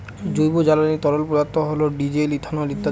জৈব জ্বালানি তরল পদার্থ হল ডিজেল, ইথানল ইত্যাদি